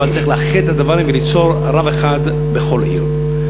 אבל צריך לאחד את הדברים וליצור רב אחד בכל עיר.